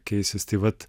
keisis tai vat